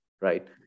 Right